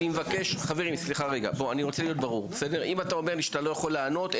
אם אתה אומר שאתה לא יכול לענות,